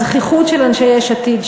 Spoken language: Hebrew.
הזחיחות של אנשי יש עתיד,